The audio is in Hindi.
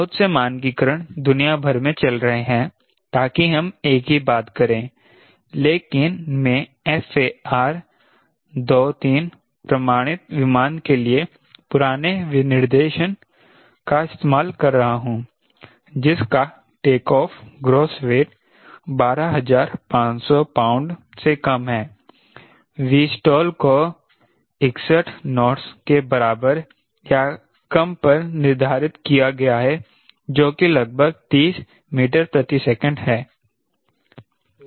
बहुत से मानकीकरण दुनिया भर में चल रहे हैं ताकि हम एक ही बात करें लेकिन मैं FAR 23 प्रमाणित विमान के लिए पुराने विनिर्देशन का इस्तेमाल कर रहा हूं जिसका take off gross weight 12500 pound से कम है Vstall को 61 नोट्स के बराबर या कम पर निर्धारित किया गया है जो की लगभग 30 मीटर प्रति सेकंड है